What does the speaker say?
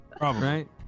right